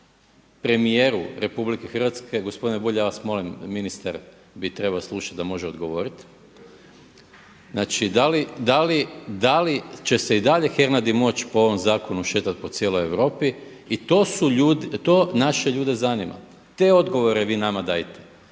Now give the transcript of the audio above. premijeru RH, gospodine Bulj ja vas molim ministar bi trebao slušati da može odgovoriti, znači da li će se i dalje Hernadi moć po ovom zakonu šetati po cijeloj Europi i to naše ljude zanima, te odgovore vi nama dajte.